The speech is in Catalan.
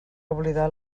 oblidar